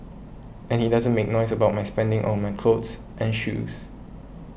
and he doesn't make noise about my spending on my clothes and shoes